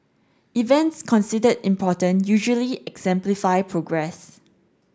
events considered important usually exemplify progress